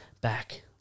Back